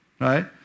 right